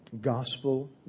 gospel